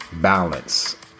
balance